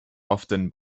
often